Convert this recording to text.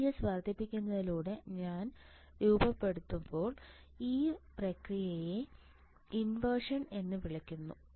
VGS വർദ്ധിപ്പിക്കുന്നതിലൂടെ channel രൂപപ്പെടുമ്പോൾ ഈ പ്രക്രിയയെ ഇൻവേർഷൻ എന്ന് വിളിക്കുന്നു